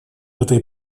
этой